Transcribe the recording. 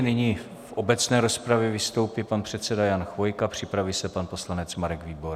Nyní v obecné rozpravě vystoupí pan předseda Jan Chvojka, připraví se pan poslanec Marek Výborný.